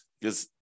because-